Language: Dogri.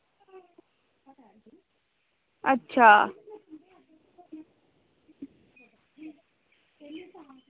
अच्छा